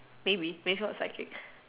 maybe maybe what's psychic